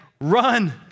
run